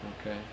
Okay